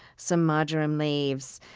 some marjoram leaves,